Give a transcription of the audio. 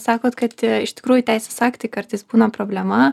sakot kad iš tikrųjų teisės aktai kartais būna problema